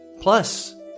Plus